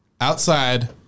Outside